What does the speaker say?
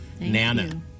Nana